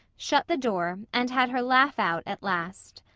shut the door, and had her laugh out at last.